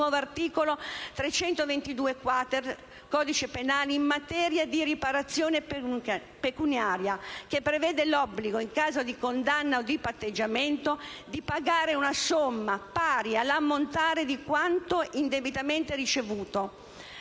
il nuovo articolo 322*-quater* del codice penale in materia di riparazione pecuniaria, che prevede l'obbligo, in caso di condanna o di patteggiamento, di pagare una somma pari all'ammontare di quanto indebitamente ricevuto